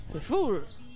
Fools